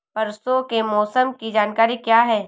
परसों के मौसम की जानकारी क्या है?